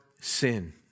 sin